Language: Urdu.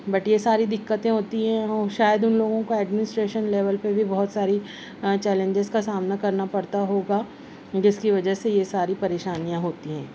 بٹ یہ ساری دقتیں ہوتی ہیں وہ شاید ان لوگوں کو ایڈمنسٹریشن لیول پہ بھی بہت ساری چیلنجیز کا سامنا کرنا پڑتا ہوگا جس کی وجہ سے یہ ساری پریشانیاں ہوتی ہیں